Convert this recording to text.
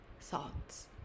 thoughts